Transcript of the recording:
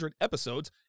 episodes